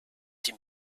die